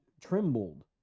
trembled